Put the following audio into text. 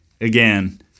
Again